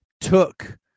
took